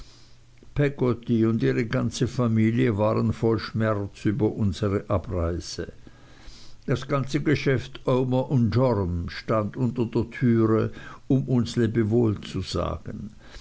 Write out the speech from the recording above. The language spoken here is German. und ihre ganze familie waren voll schmerz über unsere abreise das ganze geschäft omer joram stand unter der türe um uns lebewohl zu sagen